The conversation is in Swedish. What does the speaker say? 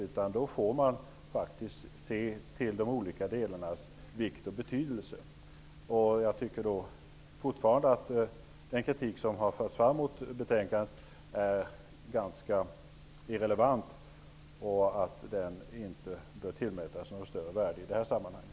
I stället får man faktiskt se till de olika delarnas vikt och betydelse. Jag vidhåller att jag tycker att kritiken mot betänkandet i ganska stor utsträckning är irrelevant och att den inte bör tillmätas något större värde i det här sammanhanget.